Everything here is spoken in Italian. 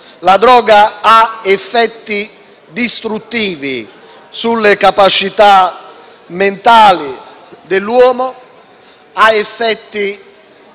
La droga ha effetti distruttivi sulle capacità mentali dell'uomo ed effetti